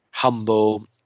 humble